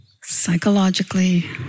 ...psychologically